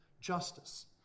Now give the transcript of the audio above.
justice